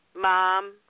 mom